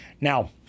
Now